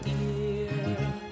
ear